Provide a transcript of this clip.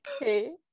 Hey